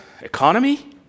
economy